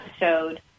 episode